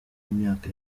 myaka